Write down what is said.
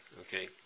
okay